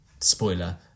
Spoiler